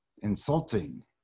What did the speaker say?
insulting